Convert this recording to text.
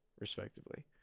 respectively